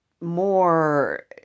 more